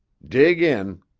dig in.